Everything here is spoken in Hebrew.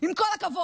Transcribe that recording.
עם כל הכבוד.